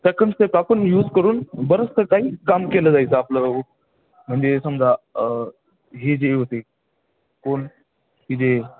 त्या कन्सेप्ट आपण यूज करून बरंचसं काही काम केलं जायचं आपलं म्हणजे समजा हे जे होते कोण की जे